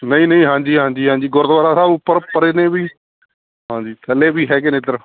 ਨਹੀਂ ਨਹੀਂ ਹਾਂਜੀ ਹਾਂਜੀ ਹਾਂਜੀ ਗੁਰਦੁਆਰਾ ਸਾਹਿਬ ਉੱਪਰ ਪਰੇ ਨੇ ਵੀ ਹਾਂਜੀ ਥੱਲੇ ਵੀ ਹੈਗੇ ਨੇ ਇੱਧਰ